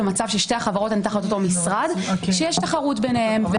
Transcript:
במצב ששתי החברות הן תחת אותו משרד כשיש תחרות ביניהן.